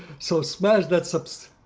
so smash that so